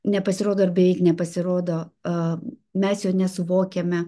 nepasirodo ar beveik nepasirodo mes jo nesuvokiame